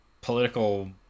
political